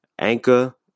Anchor